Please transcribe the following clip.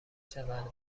چقدر